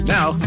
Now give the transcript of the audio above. Now